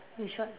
is what